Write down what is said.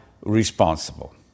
responsible